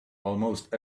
almost